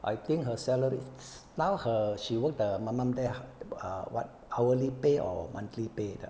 I think her salary now her she worked the mom mom there ah what hourly pay or monthly pay 的